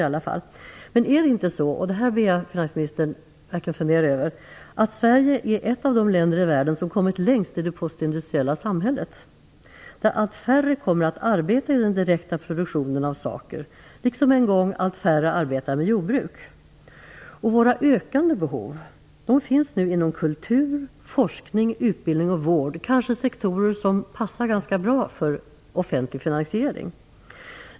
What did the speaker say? Jag ber finansministern att fundera över om det inte är så att Sverige är ett av de länder i världen som kommit längst i det postindustriella samhället. Allt färre kommer att arbeta i den direkta produktionen av saker, liksom en gång allt färre arbetade med jordbruk. Våra ökande behov finns nu inom kultur, forskning, utbildning och vård. Det är kanske sektorer som passar ganska bra för offentlig finansiering.